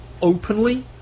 openly